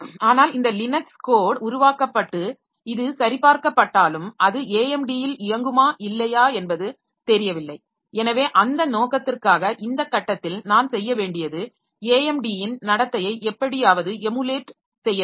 ஆனால் இந்த Linux code உருவாக்கப்பட்டு இது சரிபார்க்கப்பட்டாலும் அது AMD ல் இயங்குமா இல்லையா என்பது தெரியவில்லை எனவே அந்த நோக்கத்திற்காக இந்த கட்டத்தில் நான் செய்ய வேண்டியது AMD ன் நடத்தையை எப்படியாவது எமுலேட் செய்ய வேண்டும்